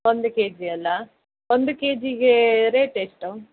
ಒಂದು ಕೆಜಿ ಅಲ್ಲ ಒಂದು ಕೆ ಕೆ ಜಿಗೇ ರೇಟ್ ಎಷ್ಟು